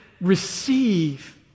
receive